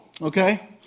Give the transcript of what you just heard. okay